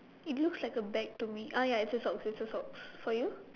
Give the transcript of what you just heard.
it looks like bag to me ah ya it's a socks it's a socks for you